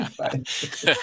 right